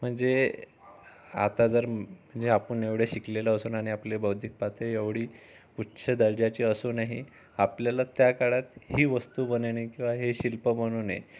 म्हणजे आता जर जे आपण एवढे शिकलेले असून आणि आपली बौद्धिक पातळी एवढी उच्च दर्जाची असूनही आपल्याला त्या काळात ही वस्तू बनवणे किंवा हे शिल्प बनवणे